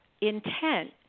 intent